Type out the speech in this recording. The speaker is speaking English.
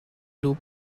loop